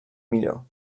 millor